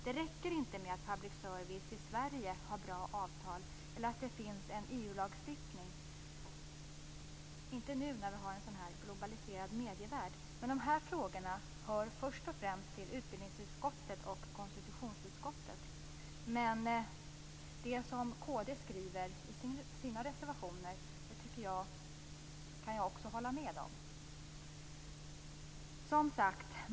Det räcker inte med att public service i Sverige har bra avtal eller att det finns en EU-lagstiftning, inte nu när vi lever i en globaliserad medievärld. De här frågorna hör först och främst till utbildningsutskottet och konstitutionsutskottet. Men det som kd skriver i sina reservationer kan jag också hålla med om.